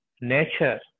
nature